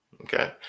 Okay